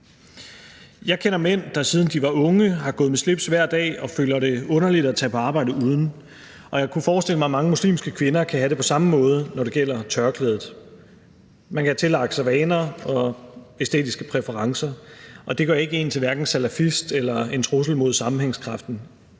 Jeg kender mænd, der, siden de var unge, har gået med slips hver dag og føler det underligt at tage på arbejde uden, og jeg kunne forestille mig, at mange muslimske kvinder kan have det på samme måde, når det gælder tørklædet. Man kan have tillagt sig vaner og æstetiske præferencer, og det gør ikke en til salafist eller til en trussel mod sammenhængskraften.